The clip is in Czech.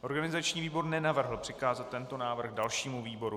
Organizační výbor nenavrhl přikázat tento návrh dalšímu výboru.